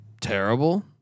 terrible